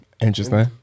Interesting